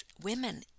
women